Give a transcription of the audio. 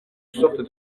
sorte